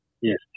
yes